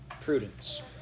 Prudence